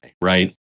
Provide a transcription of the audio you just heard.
right